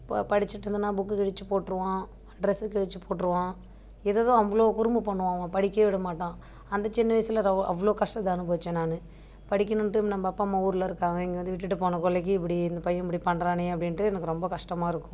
படிச்சுட்டு இருந்தேனா புக்கு கிழித்து போட்டுருவான் டிரெஸ்ஸை கிழித்து போட்டுருவான் இது தான் அவ்வளோ குறும்பு பண்ணுவான் அவன் படிக்கி விட மாட்டான் அந்த சின்ன வயசுல அவ்வளோ கஷ்டத்தை அனுபவித்தேன் நான் படிக்கணுன்ட்டு நம்ப அப்பா அம்மா ஊரில் இருக்காங்க இங்கே வந்து விட்டுட்டு போன கொள்ளைக்கு இப்படி இந்த பையன் இப்படி பண்ணுறானே அப்படின்ட்டு எனக்கு ரொம்ப கஷ்டமாக இருக்கும்